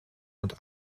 und